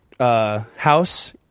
house